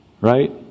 right